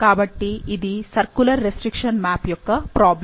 కాబట్టి ఇది circular restriction map యొక్క ప్రాబ్లమ్